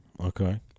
okay